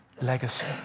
legacy